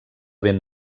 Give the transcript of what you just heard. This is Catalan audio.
ben